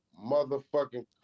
motherfucking